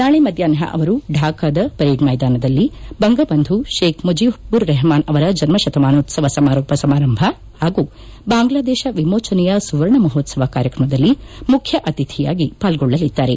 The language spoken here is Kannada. ನಾಳೆ ಮಧ್ಯಾಹ್ನ ಅವರು ಢಾಕಾದ ಪೆರೇಡ್ ಮೈದಾನದಲ್ಲಿ ಬಂಗಬಂಧು ಶೇಖ್ ಮುಜಿಬುರ್ ರೆಹಮಾನ್ ಅವರ ಜನ್ಮ ಶತಮಾನೋತ್ಸವ ಸಮಾರೋಪ ಸಮಾರಂಭ ಹಾಗೂ ಬಾಂಗ್ಲಾದೇಶ ವಿಮೋಚನೆಯ ಸುವರ್ಣ ಮಹೋತ್ವವ ಕಾರ್ಯಕ್ರಮದಲ್ಲಿ ಮುಖ್ಯ ಅತಿಥಿಯಾಗಿ ಪಾಲ್ಗೊಳ್ಳಲಿದ್ದಾರೆ